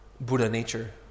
Buddha-nature